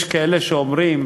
יש כאלה שאומרים